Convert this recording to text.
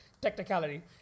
technicality